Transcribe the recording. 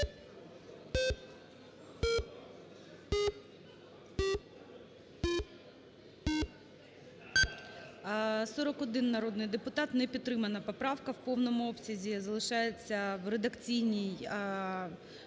41 народний депутат, не підтримана поправка в повному обсязі, залишається в редакційній...